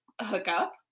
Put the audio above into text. hookup